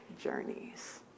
journeys